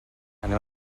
anem